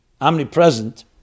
omnipresent